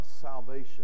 salvation